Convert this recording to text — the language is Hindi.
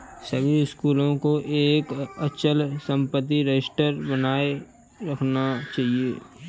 सभी स्कूलों को एक अचल संपत्ति रजिस्टर बनाए रखना चाहिए